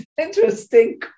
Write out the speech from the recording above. interesting